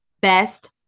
best